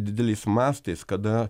dideliais mastais kada